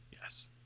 Yes